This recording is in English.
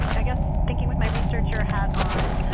i guess, thinking with my researcher hat on,